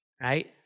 right